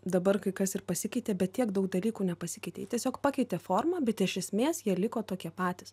dabar kai kas ir pasikeitė bet tiek daug dalykų nepasikeitė jie tiesiog pakeitė formą bet iš esmės jie liko tokie patys